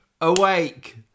awake